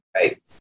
right